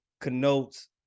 connotes